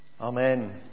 Amen